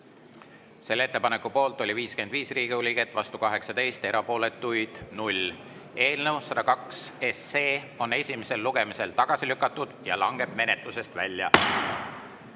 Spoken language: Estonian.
Selle ettepaneku poolt oli 55 Riigikogu liiget, vastu 18, erapooletuid 0. Eelnõu 102 on esimesel lugemisel tagasi lükatud ja langeb menetlusest välja.